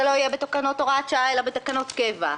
לא יהיה בתקנות הוראת שעה אלא בתקנות קבע.